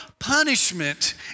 Punishment